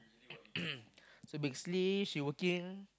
so basically she working